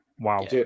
Wow